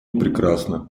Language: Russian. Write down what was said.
прекрасно